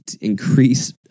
increase